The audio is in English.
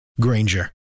Granger